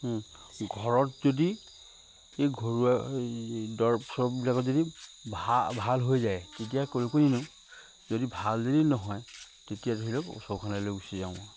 ঘৰত যদি এই ঘৰুৱা দৰব চৰববিলাকত যদি ভা ভাল হৈ যায় তেতিয়া ক'লৈকো নিনিও যদি ভাল যদি নহয় তেতিয়া ধৰি লওক ওচৰৰ খনলে লৈ গুচি যাওঁ আৰু